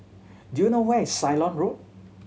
do you know where is Ceylon Road